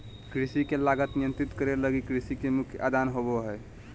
कृषि के लागत नियंत्रित करे लगी कृषि के मुख्य आदान होबो हइ